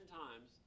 times